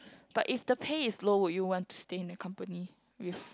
but if the pay is low would you want to stay in the company with